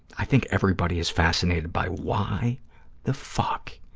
i think everybody is fascinated by why the fuck